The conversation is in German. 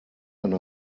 eine